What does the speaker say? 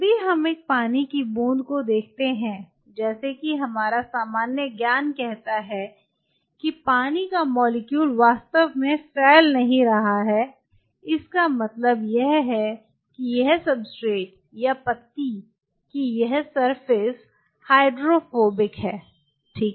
जब भी हम एक पानी की बूंद को देखते हैं जैसे कि हमारा सामान्य ज्ञान कहता है कि पानी का मॉलिक्यूल वास्तव में फ़ैल नहीं रहा है इसका मतलब यह है कि यह सब्सट्रेट या पत्ती की यह सरफेस हाइड्रोफोबिक है ठीक है